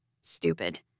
Stupid